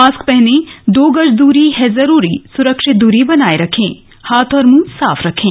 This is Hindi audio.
मास्क पहने दो गज की दूरी है जरूरी सुरक्षित दूरी बनाए रखें हाथ और मुंह साफ रखें